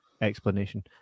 Explanation